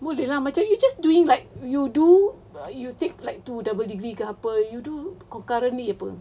boleh lah macam you just do like you do you take like two double degree ke apa you do concurrently apa